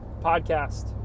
podcast